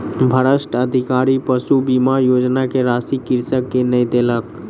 भ्रष्ट अधिकारी पशु बीमा योजना के राशि कृषक के नै देलक